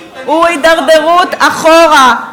הוא הידרדרות אחורה,